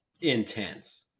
intense